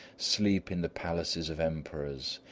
sleep in the palaces of emperors,